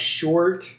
short